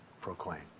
proclaim